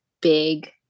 big